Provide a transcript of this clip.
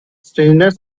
strangeness